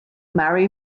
marry